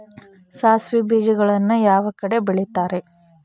ಸಾಸಿವೆ ಬೇಜಗಳನ್ನ ಯಾವ ಕಡೆ ಬೆಳಿತಾರೆ?